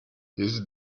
his